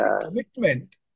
commitment